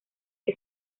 que